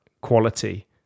quality